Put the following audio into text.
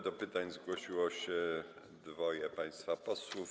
Do pytań zgłosiło się dwoje państwa posłów.